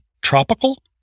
tropical